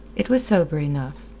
it was sober enough,